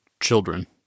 children